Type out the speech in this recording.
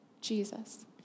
Jesus